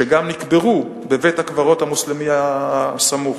שגם נקברו בבית-הקברות המוסלמי הסמוך.